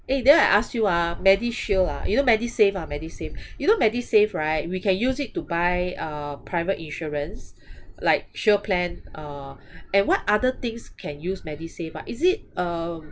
eh then I ask you ah medishield ah you know medisave ah medisave you know medisave right we can use it to buy uh private insurance like shield plan uh and what other things can use medisave ah is it uh